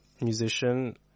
musician